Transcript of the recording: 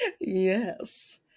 Yes